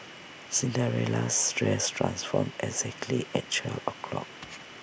Cinderella's dress transformed exactly at twelve o' clock